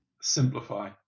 Simplify